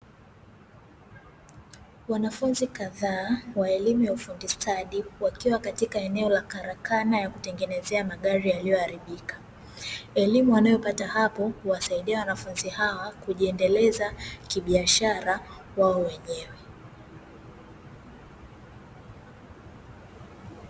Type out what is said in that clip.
Wanafunzi kadhaa wa elimu ya ufundi stadi wakiwa katika eneo la karakana ya kutengenezea magari yaliyoharibika, Elimu wanayopata hapo huwasaidia wanafunzi hawa kujiendeleza kibiashara wao wenyewe.